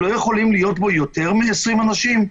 לא יכולים להיות בו יותר מ-20 אנשים?